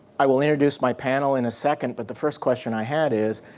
i will introduce my panel in a second. but the first question i had is,